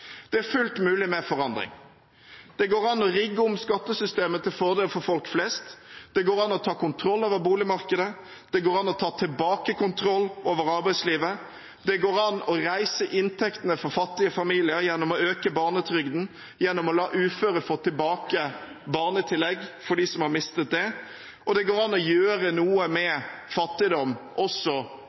Det er fullt mulig med forandring. Det går an å rigge om skattesystemet til fordel for folk flest, det går an å ta kontroll over boligmarkedet, det går an å ta tilbake kontroll over arbeidslivet, det går an å heve inntektene for fattige familier gjennom å øke barnetrygden, gjennom å la uføre få tilbake barnetillegget, for dem som har mistet det, og det går an å gjøre noe med fattigdom også